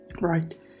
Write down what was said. right